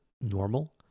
normal